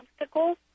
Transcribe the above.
obstacles